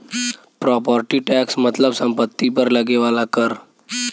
property tax मतलब सम्पति पर लगे वाला कर